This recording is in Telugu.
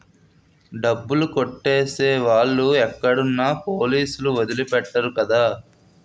డబ్బులు కొట్టేసే వాళ్ళు ఎక్కడున్నా పోలీసులు వదిలి పెట్టరు కదా